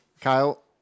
Kyle